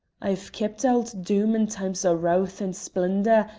i've kept auld doom in times o' rowth and splendour,